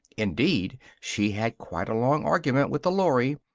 indeed, she had quite a long argument with the lory,